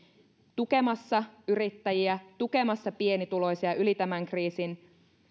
tukemassa yrittäjiä tukemassa pienituloisia yli tämän kriisin